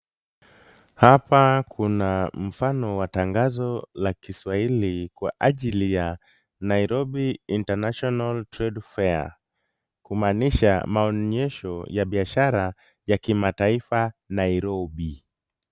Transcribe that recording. Hapa kuna mfano wa tangazo la Kiswahili kwa ajili ya Nairobi International Trade Fair, kumaanisha maonyesho ya biashara ya kimataifa Nairobi.